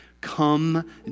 Come